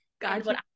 God